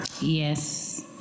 Yes